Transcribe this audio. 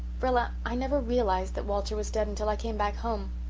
rilla, i never realized that walter was dead and till i came back home.